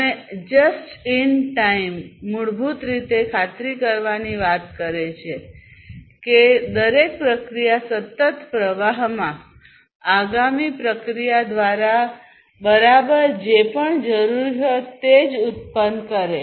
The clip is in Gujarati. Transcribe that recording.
અને જસ્ટ ઇન ટાઇમ મૂળભૂત રીતે ખાતરી કરવાની વાત કરે છે કે દરેક પ્રક્રિયા સતત પ્રવાહમાં આગામી પ્રક્રિયા દ્વારા બરાબર જે પણ જરૂરી હોય તે ઉત્પન્ન કરે છે